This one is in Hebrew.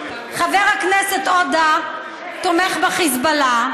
חבר הכנסת עודה תומך בחיזבאללה.